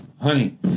honey